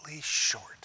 short